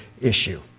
issue